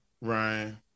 Ryan